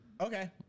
Okay